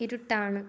ഇരുട്ടാണ്